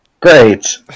great